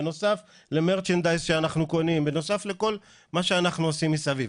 בנוסף למרצ'נדייז שאנחנו קונים ובנוסף לכל מה שאנחנו עושים מסביב,